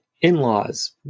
in-laws